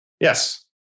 Yes